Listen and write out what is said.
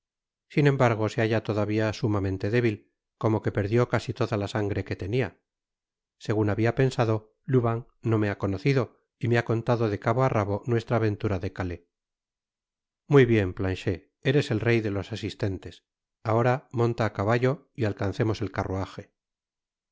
sin embargo se halla todavía sumamente débil como que perdió casi toda la sangre que tenia segun habia pensado lubin no me ha conocido y me ha contado de cabo á rabo nuestra aventura de cala muy bied planchet eres el rey de los asistentes ahora monta á caballo y alcancemos eljtcarruaje no se